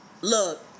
Look